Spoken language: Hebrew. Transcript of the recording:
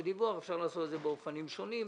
דיווח אפשר לעשות באופנים שונים,